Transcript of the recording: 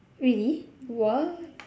really !wah!